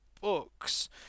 books